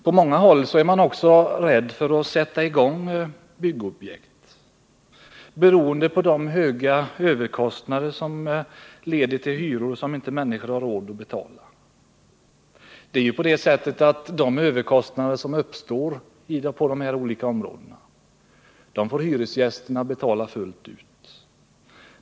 På många håll är man också rädd för att sätta i gång byggobjekt beroende på de höga överkostnaderna, vilka leder till priser som människor inte har råd att betala. De överkostnader som uppstår på dessa olika områden får hyresgästerna betala fullt ut.